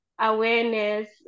awareness